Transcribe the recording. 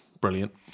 Brilliant